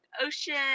Ocean